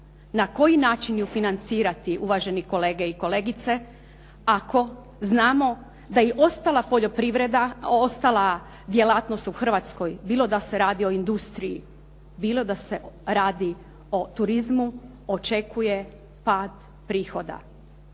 Na koju način ju financirati uvaženi kolege i kolegice, ako znamo da i ostala poljoprivreda, ostala djelatnost u Hrvatskoj bilo da se radi o industriji, bilo da se radi o turizmu, očekuje pad prihoda.